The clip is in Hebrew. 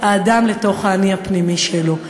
האדם לתוך האני הפנימי שלו.